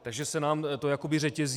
Takže se nám to jakoby řetězí.